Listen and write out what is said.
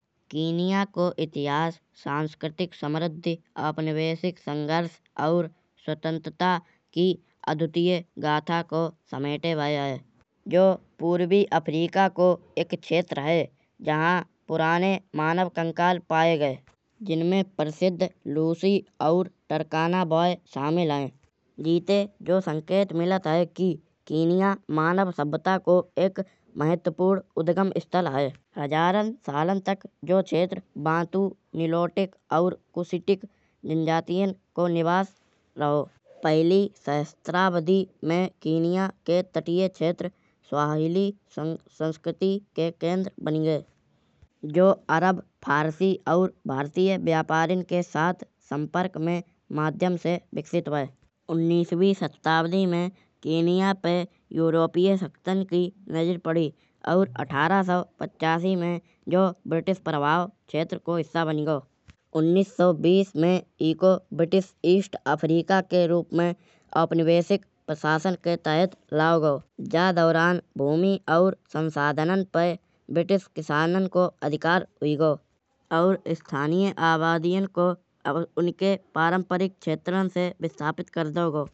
केन्या को इतिहास सांस्कृतिक समृद्धि औपनिवेशिक संघर्ष और स्वतंत्रता की अद्वितीय गाथा को समेटे भये हैं। जो पूर्वी अफ्रीका को एक क्षेत्र है। जहाँ पुराने मानव कंकाल पाए गए। जिनमें प्रसिद्ध लूसी और तकाना बॉय शामिल है। जीते जो संकेत मिलत हैं। कि केन्या मानव संपदा को एक महत्त्वपूर्ण उद्गम स्थल है। हजारन सालन तक जो क्षेत्र बटुक निलोतिक और उसितिक जनजातियाँ को निवास रहो। पहिली सहस्राब्दी में केन्या के तटीय क्षेत्र स्वाहिली संस्कृति के केंद्र बानी गए। जो अरब फारसी और भारतीय व्यापारिन के साथ संपर्क में माध्यम से विकसित भये। उन्नीसवीं सदी में किनिया पे यूरोपीय सत्तान की नजर पड़ी। और अठारह सौ पचासी में जो ब्रिटिश प्रभाव क्षेत्र को हिस्सा बानी गयो। उन्नीस सौ बीस में एको ब्रिटिश ईस्ट अफ्रीका के रूप में औपनिवेशिक प्रशासन के तहत लाओ गयो। जा दौरान भूमि और संसाधनों पे ब्रिटिश किशानन को अधिकार हुई गयो। और इस्थानीय आबादियन को उनके पारंपरिक क्षेत्रन से विस्थापित कर दाओ गयो।